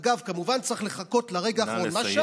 אגב, כמובן, צריך לחכות לרגע האחרון.